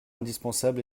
indispensable